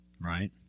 right